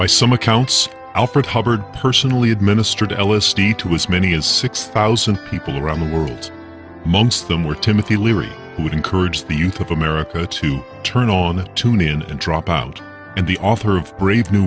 by some accounts alfred hubbard personally administered ellis t to as many as six thousand people around the world months them were timothy leary who would encourage the youth of america to turn on tune in and drop out and the author of brave new